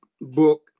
book